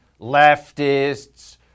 leftists